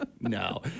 no